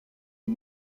aux